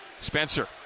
Spencer